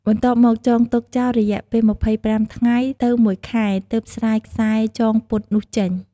បន្ទាប់មកចងទុកចោលរយៈពេល ២៥ ថ្ងៃទៅមួយខែ ទើបស្រាយខ្សែចងពត់នោះចេញ ។